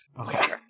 Okay